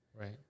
Right